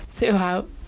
throughout